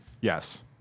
Yes